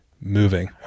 moving